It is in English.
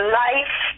life